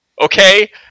okay